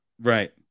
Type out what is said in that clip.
Right